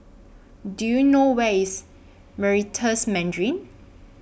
Do YOU know Where IS Meritus Mandarin